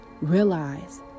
Realize